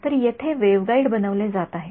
तर येथे वेव्हगाईड बनवले जात आहे